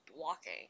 walking